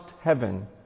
heaven